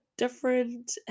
different